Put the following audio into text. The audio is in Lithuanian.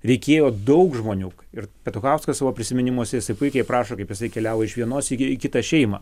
reikėjo daug žmonių ir petuchauskas savo prisiminimuose jisai puikiai aprašo kaip jisai keliavo iš vienos į į kitą šeimą